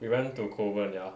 we went to kovan ya